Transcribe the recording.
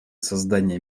создания